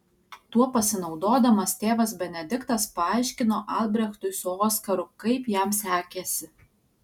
tuo pasinaudodamas tėvas benediktas paaiškino albrechtui su oskaru kaip jam sekėsi